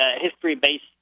history-based